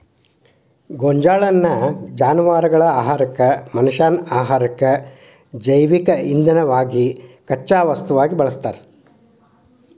ಗೋಂಜಾಳನ್ನ ಜಾನವಾರಗಳ ಆಹಾರಕ್ಕ, ಮನಷ್ಯಾನ ಆಹಾರಕ್ಕ, ಜೈವಿಕ ಇಂಧನವಾಗಿ ಕಚ್ಚಾ ವಸ್ತುವಾಗಿ ಬಳಸ್ತಾರ